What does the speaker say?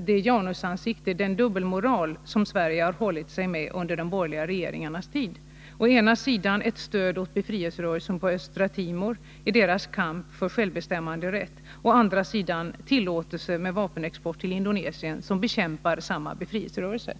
det Janusansikte, den dubbelmoral, som Sverige har hållit sig med under de borgerliga regeringarnas tid — å ena sidan ett stöd åt befrielserörelsen på Östra Timor i dess kamp för självbestämmanderätt, å andra sidan tillåtelse till vapenexport till Indonesien, som bekämpar samma befrielserörelse.